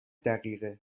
دقیقه